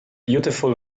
beautiful